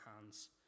hands